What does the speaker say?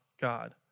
God